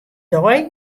dei